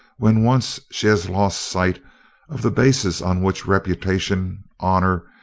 when once she has lost sight of the basis on which reputation, honour,